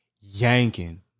yanking